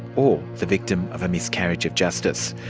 or the victim of a miscarriage of justice?